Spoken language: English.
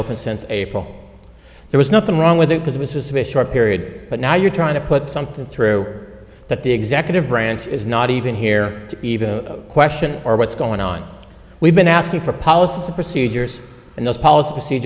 open since april there was nothing wrong with it because it was just a short period but now you're trying to put something through that the executive branch is not even here to even question or what's going on we've been asking for policies and procedures and those policy